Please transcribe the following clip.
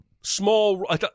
small